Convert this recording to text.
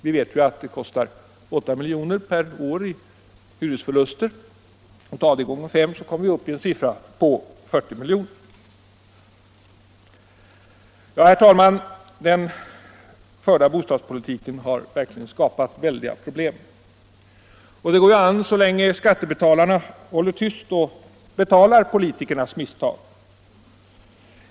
Vi vet att de kostar 8 milj.kr. per år i hyresförlust, och multiplicerar vi den siffran med fem kommer vi alltså upp till 40 milj.kr. Herr talman! Den förda bostadspolitiken har verkligen skapat väldiga problem. Det går an så länge skattebetalarna håller tyst och betalar politikernas misstag.